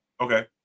Okay